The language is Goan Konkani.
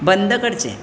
बंद करचें